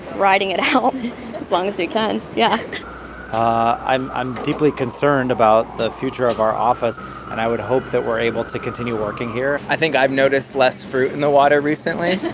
riding it out as long as we can, yeah i'm i'm deeply concerned about the future of our office, and i would hope that we're able to continue working here i think i've noticed less fruit in the water recently